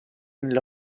nella